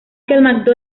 mcdonald